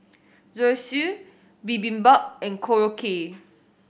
Zosui Bibimbap and Korokke